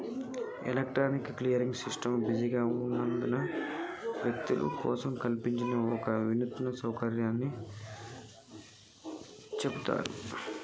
electronic clearing system బిజీగా ఉన్న వ్యక్తుల కోసం కల్పించిన ఒక వినూత్న సౌకర్యంగా చెబుతాండ్రు